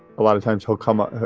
a lot of times he'll come up,